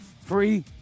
free